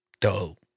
Dope